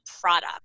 product